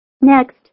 Next